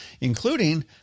including